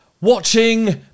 watching